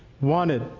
wanted